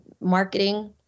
marketing